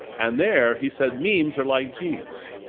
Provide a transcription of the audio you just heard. and there he said memes are like genes.